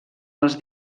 els